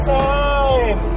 time